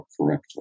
correctly